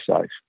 safe